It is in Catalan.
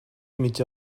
mitja